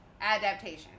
adaptation